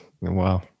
Wow